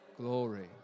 Glory